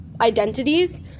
identities